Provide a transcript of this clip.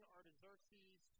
Artaxerxes